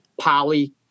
poly